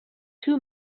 too